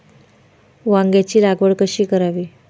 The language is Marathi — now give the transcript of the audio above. वांग्यांची लागवड कशी करावी?